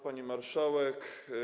Pani Marszałek!